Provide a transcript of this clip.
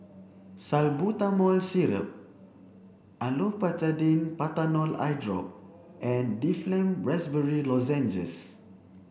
Salbutamol Syrup Olopatadine Patanol Eyedrop and Difflam Raspberry Lozenges